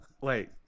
Wait